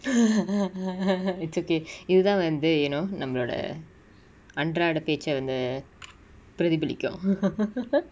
it's okay இதுதா வந்து:ithutha vanthu you know நம்மளோட அன்றாட பேச்ச வந்து பிரதிபளிக்கு:nammaloda anraada pecha vanthu pirathipaliku